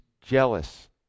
jealous